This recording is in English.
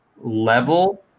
level